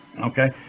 Okay